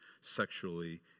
sexually